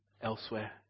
elsewhere